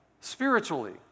spiritually